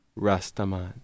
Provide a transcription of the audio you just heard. Rastaman